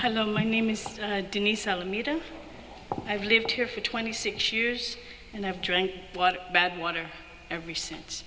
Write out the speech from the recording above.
hello my name is denise alameda i've lived here for twenty six years and i've drank but bad water every since